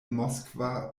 moskva